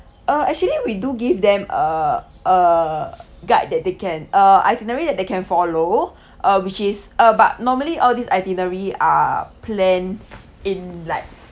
uh actually we do give them a a guide that they can uh itinerary that they can follow uh which is uh but normally all this itinerary are planned in like